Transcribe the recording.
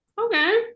Okay